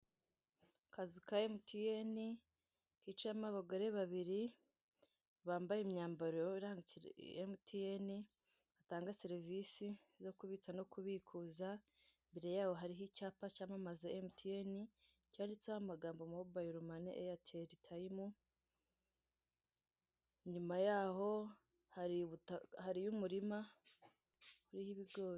Akazu ka emutiyeni kicaramo abagore babiri bambaye imyambaro ya emutiyeni batanga serivisi zo kubitsa no kubikuza mbere y'aho hariho icyapa cyamamaza emutiyeni cyanditseho amagambo mobayilo mani eyateli tayimu, inyuma yaho hari hariyo umurima uriho ibigori.